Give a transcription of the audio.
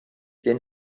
den